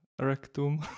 rectum